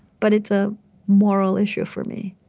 but it's a moral issue for me.